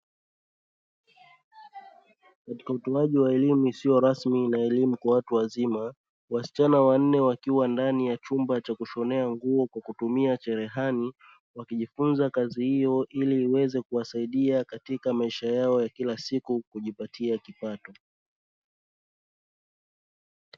Utoaji wa elimu isiyo rasmi na elimu kwa watu wazima. Wasichana wanne wakiwa ndani ya chumba cha kushonea nguo kwa kutumia cherehani, wakijifunza kazi hiyo ili iweze kuwasaidia katika maisha yao ya kila siku kujipatia kipato.